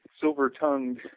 silver-tongued